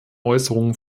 äußerungen